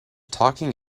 talking